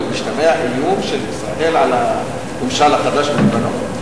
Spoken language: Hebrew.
האם משתמע איום של ישראל על הממשל החדש בלבנון?